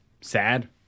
sad